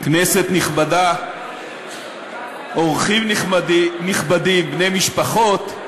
כנסת נכבדה, אורחים נכבדים, בני משפחות,